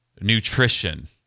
nutrition